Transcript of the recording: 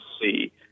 see